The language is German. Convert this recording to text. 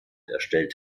erstellt